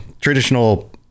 traditional